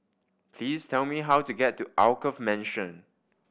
please tell me how to get to Alkaff Mansion